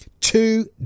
two